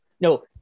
no